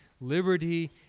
liberty